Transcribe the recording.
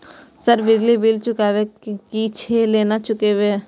Sir बिजली bill चुकाबे की छे केना चुकेबे?